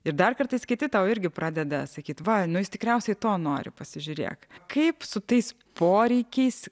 ir dar kartais kiti tau irgi pradeda sakyt va nu jis tikriausiai to nori pasižiūrėk kaip su tais poreikiais